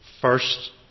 first